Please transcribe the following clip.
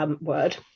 word